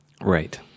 Right